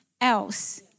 else